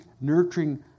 nurturing